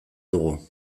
dugu